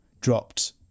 dropped